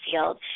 field